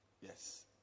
Yes